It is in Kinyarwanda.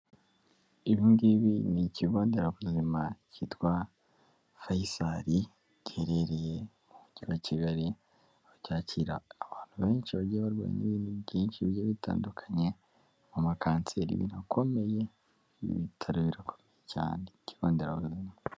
Ibi ngibi ni ikigo nderabuzima cyitwa Faisal, giherereye mu mujyi wa kigali, aho cyakira abantu benshi bagiye barwaye ibintu byinshi bigiye bitandukanye, amakanseri akomeye, ibi ibitaro birakomeye cyane, ikigo nderabuzima.